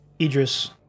Idris